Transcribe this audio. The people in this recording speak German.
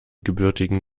gebürtigen